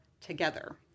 together